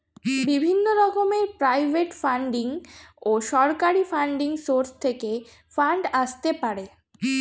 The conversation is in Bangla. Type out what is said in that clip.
বিভিন্ন রকমের প্রাইভেট ফান্ডিং ও সরকারি ফান্ডিং সোর্স থেকে ফান্ড আসতে পারে